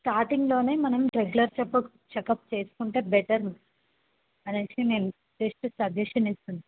స్టార్టింగ్లో మనం regular checkup checkup చేసుకుంటే బెటర్ అని నేను జస్ట్ సజెషన్ ఇస్తున్నాను